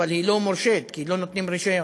אבל היא לא מורשית כי לא נותנים רישיון.